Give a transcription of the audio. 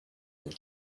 and